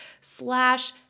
slash